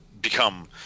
become